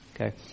okay